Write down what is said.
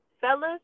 fellas